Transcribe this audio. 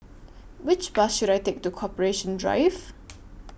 Which Bus should I Take to Corporation Drive